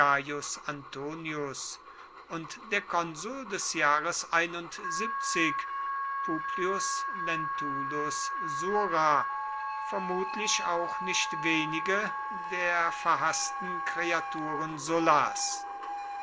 antonius und der konsul des jahres publius lentulus sura vermutlich auch nicht wenige der verhaßten kreaturen sullas